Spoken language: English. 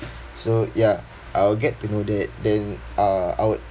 so ya I'll get to know that then uh I would